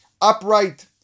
Upright